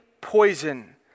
poison